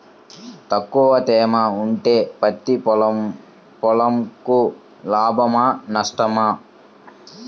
తక్కువ తేమ ఉంటే పత్తి పొలంకు లాభమా? నష్టమా?